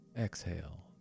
Exhale